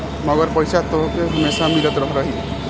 मगर पईसा तोहके हमेसा मिलत रही